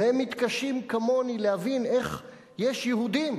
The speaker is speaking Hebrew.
והם מתקשים, כמוני, להבין איך יש יהודים